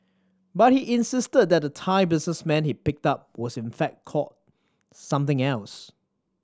but he insisted that the Thai businessman he picked up was in fact called something else